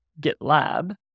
GitLab